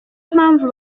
mpamvu